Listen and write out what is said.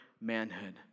manhood